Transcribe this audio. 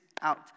out